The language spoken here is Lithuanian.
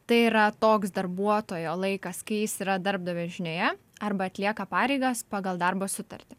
tai yra toks darbuotojo laikas kai jis yra darbdavio žinioje arba atlieka pareigas pagal darbo sutartį